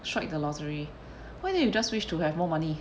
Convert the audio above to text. strike the lottery why don't you just wish to have more money